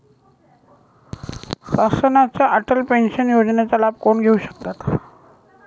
शासनाच्या अटल पेन्शन योजनेचा लाभ कोण घेऊ शकतात?